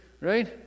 right